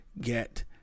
get